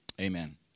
Amen